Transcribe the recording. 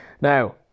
Now